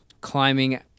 climbing